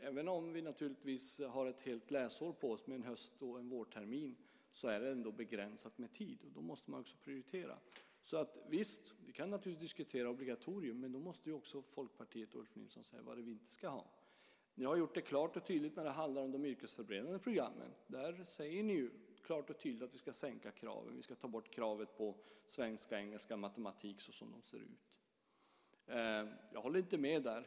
Även om man naturligtvis har ett helt läsår på sig med en hösttermin och en vårtermin är det ändå begränsat med tid, och då måste man också prioritera. Visst kan vi diskutera obligatorium, men då måste också Folkpartiet och Ulf Nilsson säga vad vi inte ska ha. Ni har gjort detta klart och tydligt när det handlar om de yrkesförberedande programmen. Där säger ni klart och tydligt att vi ska sänka kraven och att vi ska ta bort kravet på svenska, engelska och matematik såsom de ser ut. Jag håller inte med om det.